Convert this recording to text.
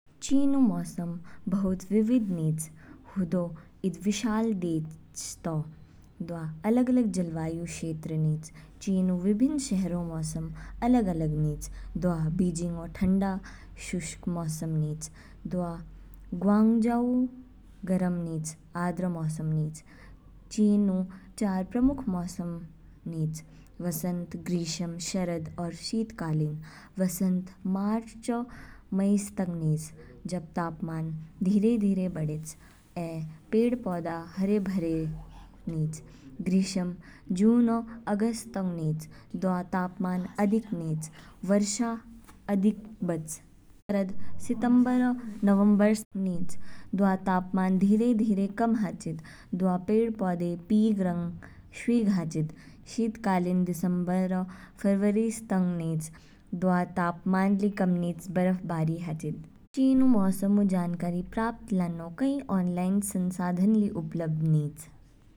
चीन ऊ मौसम बहुत विविध निच, हदौ ईद विशाल देश तौ। दवा अलग अलग जलवायु क्षेत्र निच, चीन ऊ विभिन्न शहरों मौसम अलग अलग निच। दवा बीजिंगो ठंडा रंग शुष्क मौसम निच, जबकि ग्वांगझोउ गर्म रंग आर्द्र मौसम निच। चीन ऊ चार मुख्य मौसम निच। वसंत, ग्रीष्म, शरद, और शीतकालीन, वसंत मार्च ओ मई स तंग निच। जब तापमान धीरे धीरे बढ़ेच ऐ पेड़ पौधे हरेभरे निच। ग्रीष्म जून ओ अगस्त स तंग निच, दवा तापमान अधिक निच। वर्षा अधिक बच्च। शरद सितंबरऔ नवंबर निच, दवा तापमान धीरे धीरे कम हाचिद दवा पेड़ पौधे पीग रंग शवीग हाचिद। शीतकालीन दिसंबर फरवरी स तंग निच, दवा तापमान कम निच बर्फबारी ली हाचिद। चीन ऊ मौसम ऊ जानकारी प्राप्त लानमो कई ऑनलाइन संसाधन ली उपलब्ध निच।